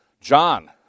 John